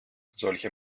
solche